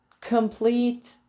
complete